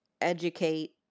educate